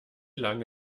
lange